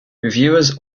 reviewers